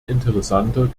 interessanter